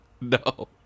no